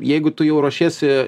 jeigu tu jau ruošiesi